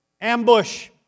Ambush